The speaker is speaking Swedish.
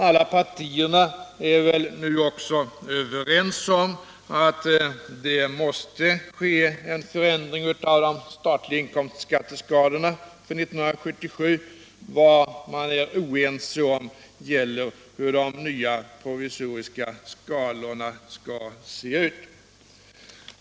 Alla partier är väl nu också överens om att det måste ske en förändring av de statliga skatteskalorna för 1977. Vad man är oense om gäller hur de nya provisoriska skalorna skall se ut.